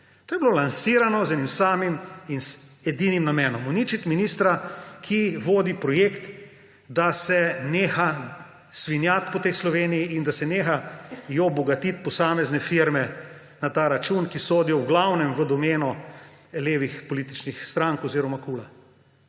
To je bilo lansirano z enim samim in edinim namenom: uničiti ministra, ki vodi projekt, da se neha svinjati po tej Sloveniji in da se nehajo bogatiti posamezne firme na ta račun, ki sodijo v glavnem v domeno levih političnih strank oziroma KUL.